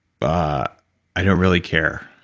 but i don't really care.